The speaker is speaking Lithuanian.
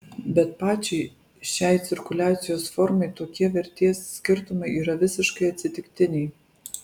bet pačiai šiai cirkuliacijos formai tokie vertės skirtumai yra visiškai atsitiktiniai